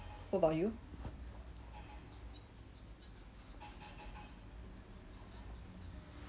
what about you